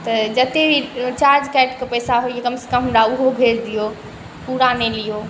तऽ जतेक चार्ज काटिकऽ पइसा होइए कमसँ कम हमरा ओहो भेज दिअ पूरा नहि लिऔ